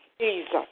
Jesus